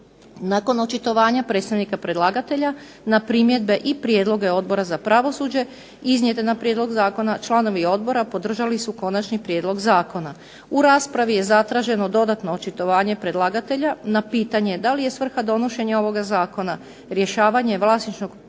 Nakon očitovanja predstavnika predlagatelja na primjedbe i prijedloge Odbora za pravosuđe iznijete na prijedlog zakona članovi odbora podržali su konačni prijedlog zakona. U raspravi je zatraženo dodatno očitovanje predlagatelja na pitanje da li je svrha donošenja ovoga zakona rješavanje vlasničko-pravnih